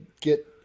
get